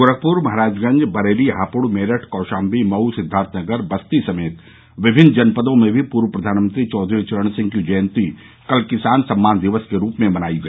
गोरखपुर महाराजगंज बरेली हापुड़ मेरठ कौशाम्बी मऊ सिद्वार्थनगर बस्ती समेत विभिन्न जनपदों में भी पूर्व प्रधानमंत्री चौधरी चरण सिंह के जयन्ती कल किसान सम्मान दिवस की रूप में मनाया गया